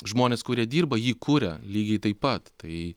žmonės kurie dirba jį kuria lygiai taip pat tai